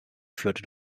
führte